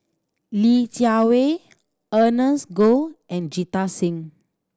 Li Jiawei Ernest Goh and Jita Singh